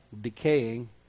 decaying